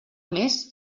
més